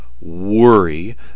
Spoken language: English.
worry